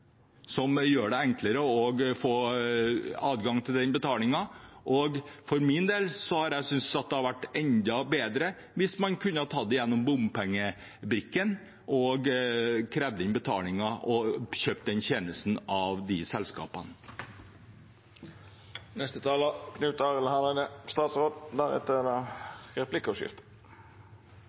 som gjør det enklere å få betalt. For min del synes jeg det hadde vært enda bedre hvis man kunne ha tatt det gjennom bompengebrikken – at man kunne kjøpe den tjenesten av bompengeselskapene, og at de hadde krevd inn betalingen. Det var eit fargerikt innlegg representanten Johnsen hadde. Likevel er